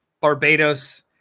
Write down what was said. Barbados